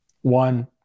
One